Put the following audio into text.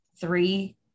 three